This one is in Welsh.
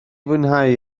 fwynhau